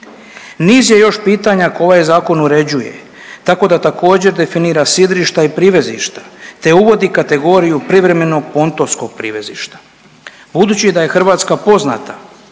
Niz je još pitanja koje ovaj zakon uređuje, tako da također, definira sidrišta i privezišta te uvodi kategoriju privremeno pontonskog privezišta. Budući da je Hrvatska poznata